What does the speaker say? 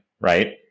right